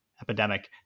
epidemic